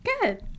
Good